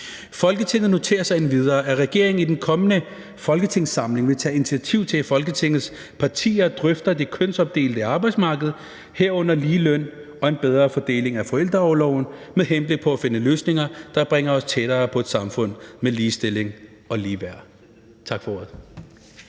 Folketinget noterer sig endvidere, at regeringen i den kommende folketingssamling vil tage initiativ til, at Folketingets partier drøfter det kønsopdelte arbejdsmarked, herunder ligeløn og en bedre fordeling af forældreorloven, med henblik på at finde løsninger, der bringer os tættere på et samfund med ligestilling og ligeværd.« (Forslag